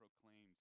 proclaimed